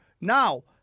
Now